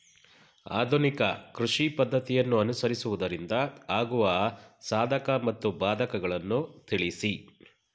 ಆಧುನಿಕ ಕೃಷಿ ಪದ್ದತಿಯನ್ನು ಅನುಸರಿಸುವುದರಿಂದ ಆಗುವ ಸಾಧಕ ಮತ್ತು ಬಾಧಕಗಳನ್ನು ತಿಳಿಸಿ?